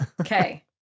Okay